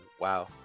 wow